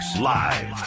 Live